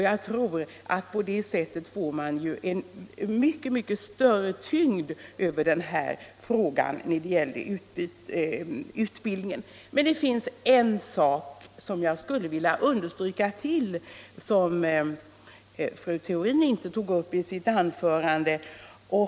Jag tror att utbildningsfrågan på det sättet får större tyngd. Jag skulle emellertid vilja understryka en sak som fru Theorin inte tog upp i sitt anförande.